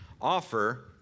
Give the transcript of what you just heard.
offer